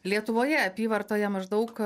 lietuvoje apyvartoje maždaug